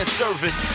service